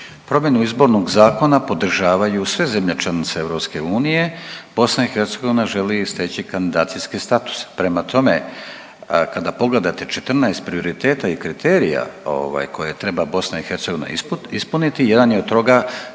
Promjenu izbornog zakona podržavaju sve zemlje članice EU. BiH želi steći kandidacijske statuse. Prema tome, kada pogledate 14 prioriteta i kriterija ovaj koje treba BiH ovaj ispuniti jedan je od toga